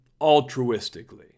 altruistically